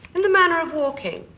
in the manner of walking,